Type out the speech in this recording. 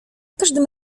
każdym